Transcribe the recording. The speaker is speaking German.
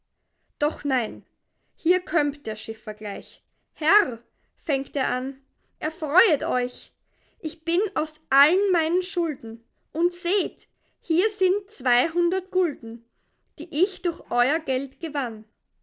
doch nein hier kömmt der schiffer gleich herr fängt er an erfreuet euch ich bin aus allen meinen schulden und seht hier sind zweihundert gulden die ich durch euer geld gewann